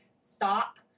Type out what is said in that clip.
stop